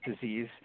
disease